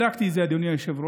בדקתי את זה, אדוני היושב-ראש,